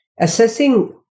assessing